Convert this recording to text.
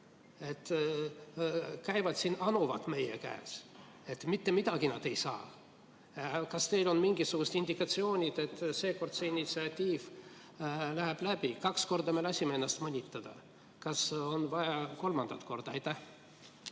Käivad siin, anuvad meie käest – mitte midagi nad ei saa! Kas teil on mingisugused indikatsioonid, et seekord see initsiatiiv läheb läbi? Kaks korda me oleme lasknud ennast mõnitada. Kas on vaja kolmandat korda? Aitäh,